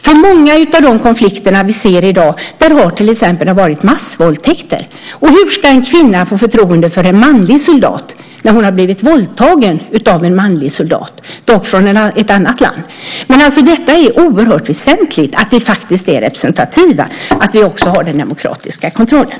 I många av de konflikter som vi ser i dag har det till exempel förekommit massvåldtäkter. Hur ska en kvinna få förtroende för en manlig soldat när hon har blivit våldtagen av en manlig soldat, dock från ett annat land? Men det är oerhört väsentligt att vi faktiskt är representativa och har den demokratiska kontrollen.